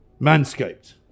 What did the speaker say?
Manscaped